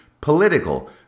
political